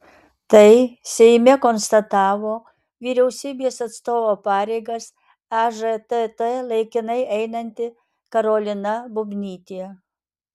tai seime konstatavo vyriausybės atstovo pareigas ežtt laikinai einanti karolina bubnytė